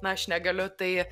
na aš negaliu tai